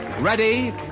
ready